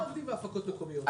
הם לא עומדים בהפקות מקומיות היום.